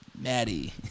Maddie